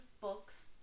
books